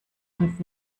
und